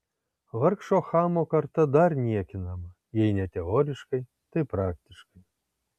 vargšo chamo karta dar niekinama jei ne teoriškai tai praktiškai